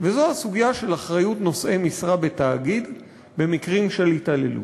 של אחריות נושאי משרה בתאגיד במקרים של התעללות.